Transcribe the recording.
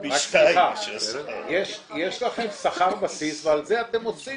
-- יש לכם שכר בסיס ועל זה אתם עושים